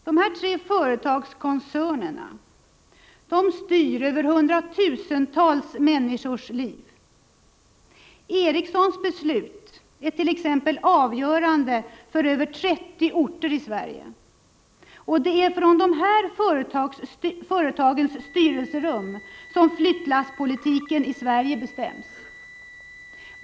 Dessa tre företagskoncerner styr över hundratusentals människors liv. Ericssons beslut är t.ex. avgörande för över 30 orter i Sverige. Det är från dessa företags styrelserum som flyttlasspolitiken i Sverige bestäms.